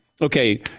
okay